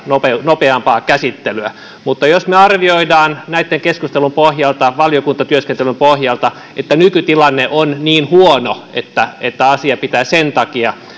nopeampaa käsittelyä mutta jos me arvioimme näitten keskustelujen pohjalta valiokuntatyöskentelyn pohjalta että nykytilanne on niin huono että että asia pitää sen takia